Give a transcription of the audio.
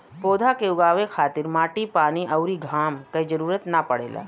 पौधा के उगावे खातिर माटी पानी अउरी घाम क जरुरत ना पड़ेला